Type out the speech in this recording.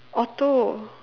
auto